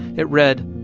it read,